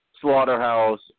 Slaughterhouse